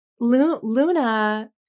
Luna